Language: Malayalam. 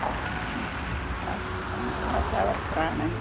ആ ആ ആശാ വർക്കറാണ്